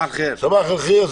סבאח אל ח'יר.